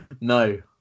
No